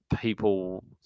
people